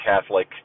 Catholic